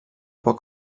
pot